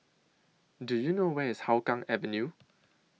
Do YOU know Where IS Hougang Avenue